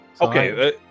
okay